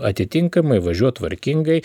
atitinkamai važiuot tvarkingai